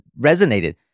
resonated